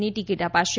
ની ટિકિટ અપાશે